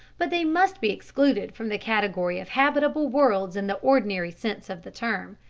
but they must be excluded from the category of habitable worlds in the ordinary sense of the term.